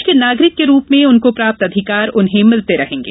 देश के नागरिक के रूप में उनको प्राप्त अधिकार उन्हें मिलते रहेंगे